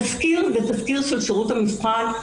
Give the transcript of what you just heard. תסקיר הוא של שירות המבחן,